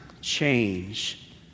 change